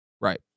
Right